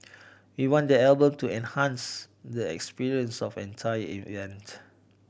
we want the album to enhance the experience of entire event